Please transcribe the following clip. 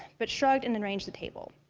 but shrugged and and arranged the table.